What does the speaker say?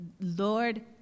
Lord